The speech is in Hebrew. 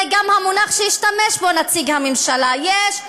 זה גם המונח שנציג הממשלה השתמש בו.